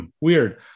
weird